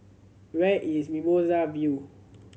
where is Mimosa View